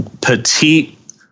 petite